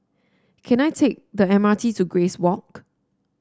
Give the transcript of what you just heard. can I take the M R T to Grace Walk